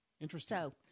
Interesting